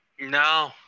no